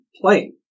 playing